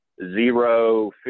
zero